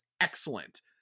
excellent